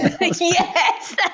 Yes